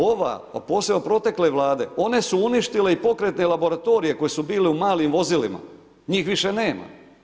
Ova, a posebno protekle vlade one su uništile i pokretne laboratorije koji su bili u malim vozilima, njih više nema.